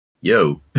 Yo